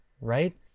right